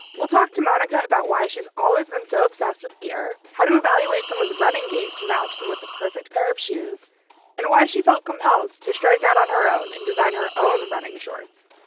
we'll talk to monica about why she's always been so obsessed with gear. how do you evaluate someone's running gait to match them with the perfect pair of shoes and why she felt compelled to strike out on her own and design her own running shorts?